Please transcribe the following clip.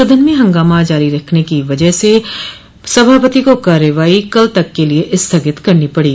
सदन में हंगामा जारी रहने की वजह से सभापति को कार्यवाही कल तक के लिये स्थगित करनी पड़ी